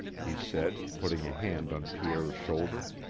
he said, putting a hand on pierre's shoulder.